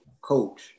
coach